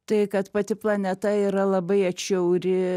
tai kad pati planeta yra labai atšiauri